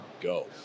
go